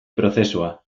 prozesua